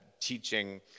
teaching